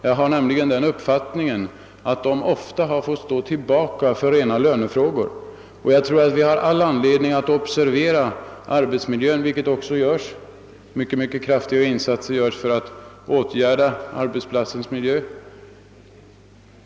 Jag har nämligen den uppfattningen, att de ofta har fått stå tillbaka för rena lönefrågor, men vi har all anledning att observera arbetsmiljön. Det görs också. Man vidtar mycket kraftiga åtgärder för ati förbättra arbetsplatsens miljö.